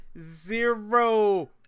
zero